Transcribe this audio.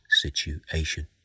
situation